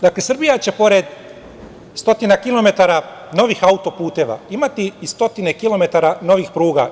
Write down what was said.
Dakle, Srbija će pored stotina kilometara novih auto-puteva imati i stotine kilometara novih pruga.